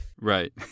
Right